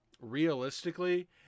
realistically